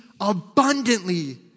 abundantly